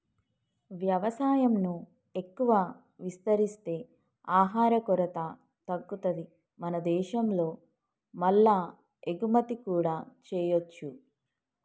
వ్యవసాయం ను ఎక్కువ విస్తరిస్తే ఆహార కొరత తగ్గుతది మన దేశం లో మల్ల ఎగుమతి కూడా చేయొచ్చు